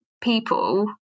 people